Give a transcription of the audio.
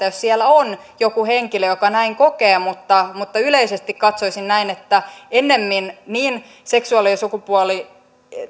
jos siellä on joku henkilö joka näin kokee mutta mutta yleisesti katsoisin näin että ennemmin seksuaali ja